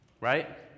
Right